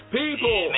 people